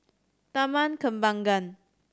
Taman Kembangan